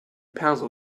perso